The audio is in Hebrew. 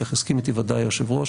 כך יסכים איתי ודאי היושב-ראש,